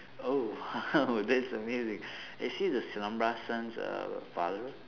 oh that's amazing is he the silambarasan's err father